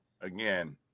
again